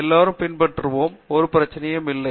எல்லோரும் பின்பற்றுவோம் ஒரு பிரச்சினையும் இல்லை